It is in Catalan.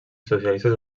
socialistes